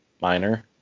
Minor